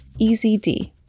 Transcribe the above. EZD